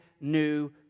new